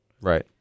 Right